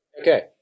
Okay